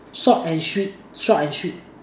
short and sweet short and sweet